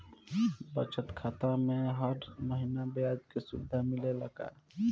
बचत खाता में हर महिना ब्याज के सुविधा मिलेला का?